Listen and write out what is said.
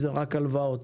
שיש להם מגוון הלוואות